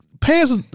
pants